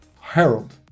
Harold